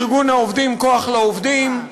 ארגון העובדים "כוח לעובדים".